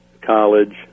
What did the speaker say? college